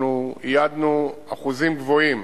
ייעדנו אחוזים גבוהים.